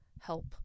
help